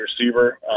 receiver